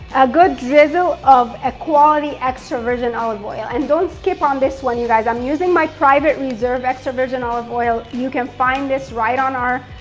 a good drizzle of a quality extra virgin olive oil. and don't skip on this one, you guys. i'm using my private reserve extra virgin olive oil. you can find this right on our